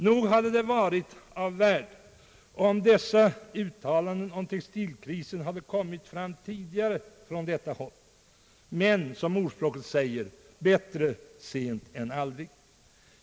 Nog hade det varit av värde om dessa uttalanden om textilkrisen hade gjorts tidigare från detta håll, men, som ordspråket säger, bättre sent än aldrig.